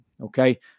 Okay